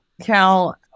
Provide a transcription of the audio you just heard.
Cal